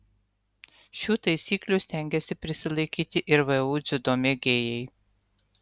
šių taisyklių stengiasi prisilaikyti ir vu dziudo mėgėjai